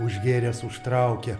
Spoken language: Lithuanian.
užgėręs užtraukia